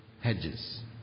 hedges